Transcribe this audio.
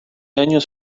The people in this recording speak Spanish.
años